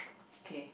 okay